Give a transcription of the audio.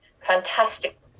fantastic